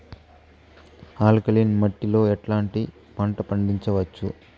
Alkaline మట్టి లో ఎట్లాంటి పంట పండించవచ్చు,?